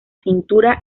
cintura